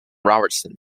robertson